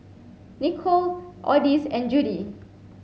Nichol Odis and Judie